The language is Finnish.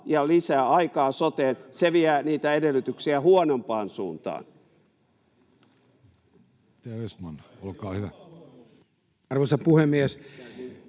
ja lisää aikaa soteen, vie niitä edellytyksiä huonompaan suuntaan.